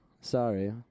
sorry